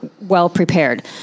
well-prepared